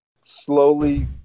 slowly